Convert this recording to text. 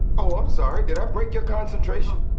oh, i'm sorry. did i break your concentration?